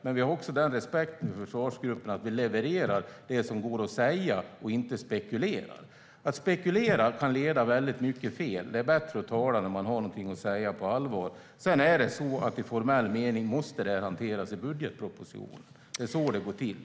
Men vi har också den respekten för försvarsgruppen att vi levererar det som går att säga och inte spekulerar. Att spekulera kan leda väldigt fel. Det är bättre att tala när man har något att säga på allvar. I formell mening måste detta hanteras i budgetpropositionen. Det är så det går till.